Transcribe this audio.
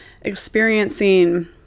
experiencing